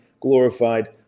glorified